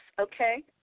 Okay